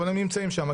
אבל הם נמצאים שמה,